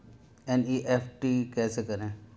NEFT कैसे करें?